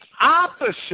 opposite